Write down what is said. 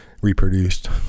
reproduced